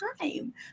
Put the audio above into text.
time